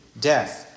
death